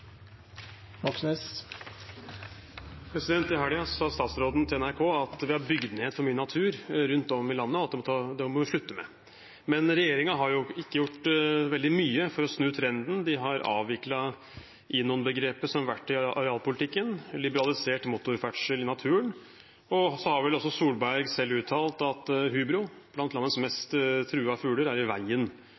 I helgen sa statsråden til NRK at vi har bygd ned for mye natur rundt om i landet, og at det må vi slutte med, men regjeringen har jo ikke gjort veldig mye for å snu trenden. De har avviklet INON-begrepet som verktøy i arealpolitikken, liberalisert motorferdsel i naturen. Så har vel også Solberg selv uttalt at hubroen, som er blant landets mest truede fugler, er i veien